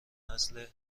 نسل